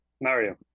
Mario